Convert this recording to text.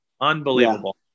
Unbelievable